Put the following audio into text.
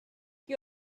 you